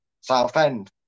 Southend